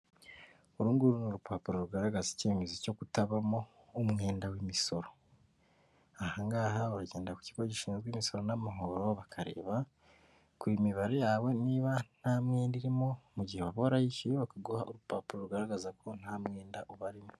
Uru nguru ni urupapuro rugaragaza icyemezo cyo kutabamo umwenda w'imisoro, aha ngaha uragenda ku kigo gishinzwe imisoro n'amahoro bakareba ku mibare yawe niba nta mwenda irimo, mu gihe waba warayishyuye bakaguha urupapuro rugaragaza ko nta mwenda ubarimo.